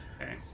Okay